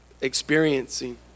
experiencing